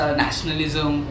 nationalism